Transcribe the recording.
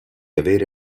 avere